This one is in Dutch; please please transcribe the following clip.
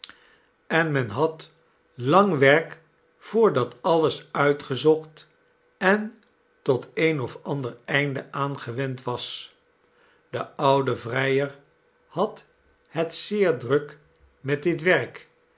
en men had lang werk voordat alles uitgezocht en tot een of ander einde aangewend was de oude vrijer had het zeer druk met dit werk